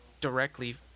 directly